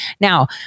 Now